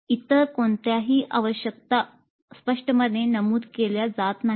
इतर कोणत्याही आवश्यकता स्पष्टपणे नमूद केल्या जात नाहीत